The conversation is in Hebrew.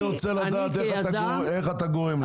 אני רוצה לדעת איך אתה גורם לזה.